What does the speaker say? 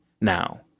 now